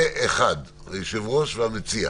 פה אחד, היושב-ראש והמציע.